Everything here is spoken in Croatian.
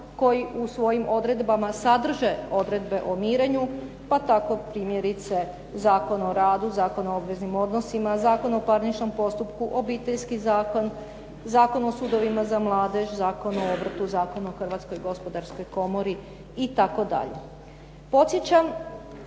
koji u svojim odredbama sadrže odredbe o mirenju, pa tako primjerice Zakon o radu, Zakon o obveznim odnosima, Zakon o parničnom postupku, Obiteljski zakon, Zakon o sudovima za mladež, Zakon o obrtu, Zakon o Hrvatskoj gospodarskoj komori itd. Podsjećam